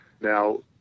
Now